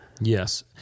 Yes